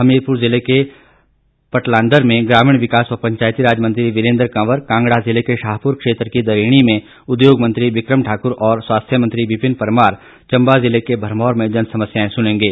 हमीरपुर जिले के पटलांदर में ग्रामीण विकास व पंचायती राज मंत्री वीरेंद्र कंवर कांगड़ा जिले के शाहपुर क्षेत्र के दरीणी में उद्योग मंत्री बिक्रम ठाक्र और स्वास्थ्य मंत्री विपिन परमार चम्बा जिले के भरमौर में जनसमस्याएं सुनेंगे